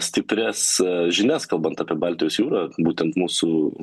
stiprias žinias kalbant apie baltijos jūrą būtent mūsų